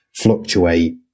fluctuate